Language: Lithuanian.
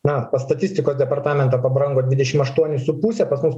na pas statistikos departamentą pabrango dvidešim aštuonis su puse pas mus